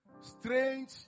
strange